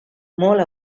molt